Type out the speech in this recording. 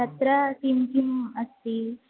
तत्र किं किम् अस्ति